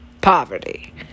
Poverty